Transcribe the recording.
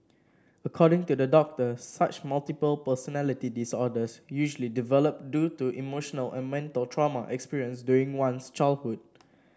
according to the doctor such multiple personality disorders usually develop due to emotional or mental trauma experienced during one's childhood